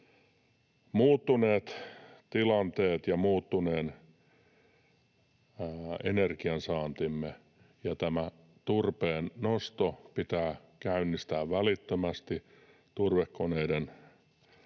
muuttuneet tilanteet ja muuttuneen energiansaantimme, ja tämä turpeen nosto pitää käynnistää välittömästi. Turvekoneiden romuttamisesta